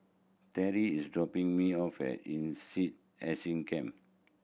Terri is dropping me off at INSEAD Asia Campus